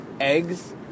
eggs